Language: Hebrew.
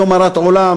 היום הרת עולם,